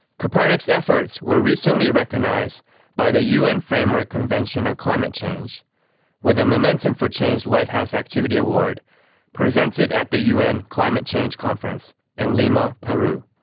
kopernik's efforts were recently recognised by the un framework convention on climate change with a momentum for change lighthouse activity award presented at the un climate change conference in lima peru.